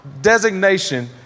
designation